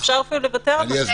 אפשר אפילו לוותר על זה.